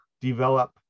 develop